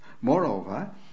moreover